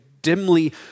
dimly